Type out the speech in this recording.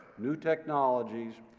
new technologies,